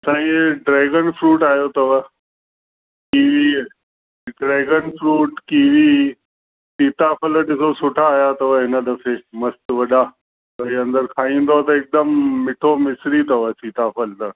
साईं dragon fruit आहियो अथव कीवी ड्रैगन फ्रूट कीवी सीताफल ॾिसो सुठा आहिया अथव हिन दफ़े मस्तु वॾा जॾी अंदरु खाईंदो त हिकदमु मिठो मिश्री अथव सीताफल त